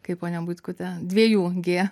kaip ponia butkute dviejų gie